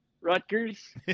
Rutgers